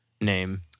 name